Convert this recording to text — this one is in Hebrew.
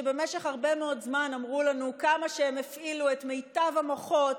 שבמשך הרבה מאוד זמן אמרו לנו כמה שהם הפעילו את מיטב המוחות,